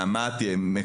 נעמ"ת וכולי.